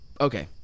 Okay